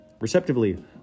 Receptively